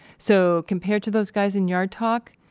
so, compared to those guys in yard talk,